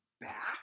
back